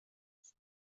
است